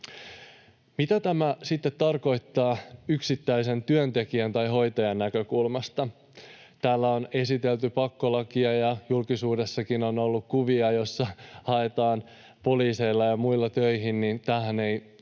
Mitä tämä sitten tarkoittaa yksittäisen työntekijän tai hoitajan näkökulmasta? Tämä on esitetty pakkolakina, ja julkisuudessakin on ollut kuvia, joissa haetaan poliiseilla ja muilla töihin. Tämähän ei